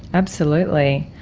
absolutely.